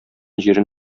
җирең